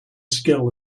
skill